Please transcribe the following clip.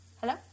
Hello